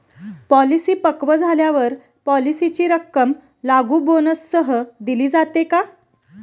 Policy पक्व झाल्यावर पॉलिसीची रक्कम लागू बोनससह दिली जाते का?